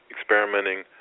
experimenting